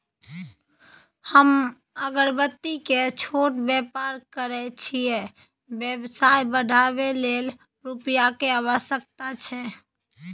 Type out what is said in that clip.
हम अगरबत्ती के छोट व्यापार करै छियै व्यवसाय बढाबै लै रुपिया के आवश्यकता छै?